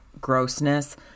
grossness